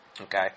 Okay